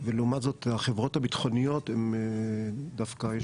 ולעומת זאת החברות הביטחוניות הן דווקא יש